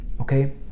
okay